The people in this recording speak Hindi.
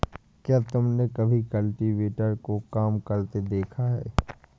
क्या तुमने कभी कल्टीवेटर को काम करते देखा है?